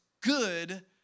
good